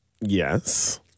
yes